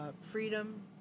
freedom